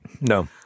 No